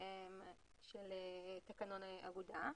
של תקנון אגודה.